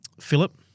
Philip